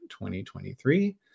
2023